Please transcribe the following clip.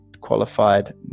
qualified